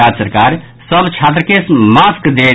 राज्य सरकार सभ छात्र के मास्क देत